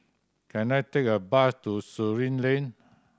can I take a bus to Surin Lane